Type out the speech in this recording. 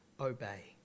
obey